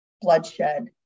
bloodshed